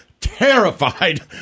terrified